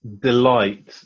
delight